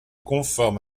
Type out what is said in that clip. conforme